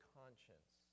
conscience